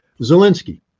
Zelensky